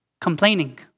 complaining